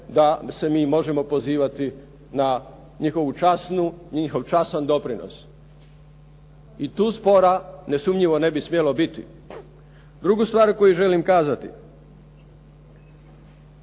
da se mi možemo pozivati na njihovu časnu, njihov časan doprinos. I tu spora nesumnjivo ne bi smjelo biti. Drugu stvar koju želim kazati,